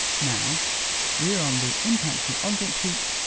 now we're on the impacted object sheet,